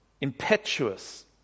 impetuous